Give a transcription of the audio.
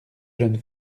jeune